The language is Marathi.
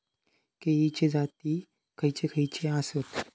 केळीचे जाती खयचे खयचे आसत?